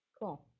Cool